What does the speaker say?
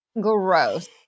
Gross